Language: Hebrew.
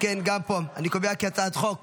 אם כן, גם פה אני קובע כי הצעת חוק